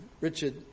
Richard